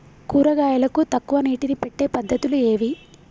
కూరగాయలకు తక్కువ నీటిని పెట్టే పద్దతులు ఏవి?